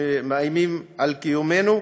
שבה מאיימים על קיומנו,